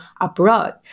abroad